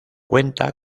cuenta